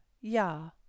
ja